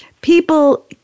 people